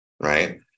right